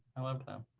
i love them.